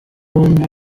bombi